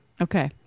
Okay